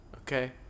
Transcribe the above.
okay